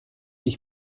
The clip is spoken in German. ich